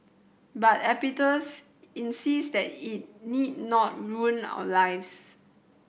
but Epictetus insist that it need not ruin our lives